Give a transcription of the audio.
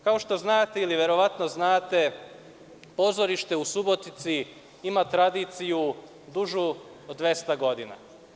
Kao što znate, verovatno znate, pozorište u Subotici ima tradiciju dužu od 200 godina.